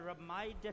reminded